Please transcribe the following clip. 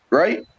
right